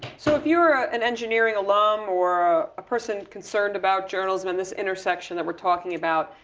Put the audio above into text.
so if you're an engineer alum, or a person concerned about journalism and this intersection that we're talking about.